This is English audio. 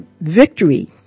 victory